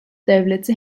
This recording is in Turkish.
devleti